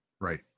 Right